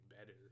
better